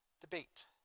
debate